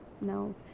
no